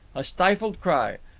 a stifled cry,